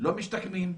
לא משתקמים,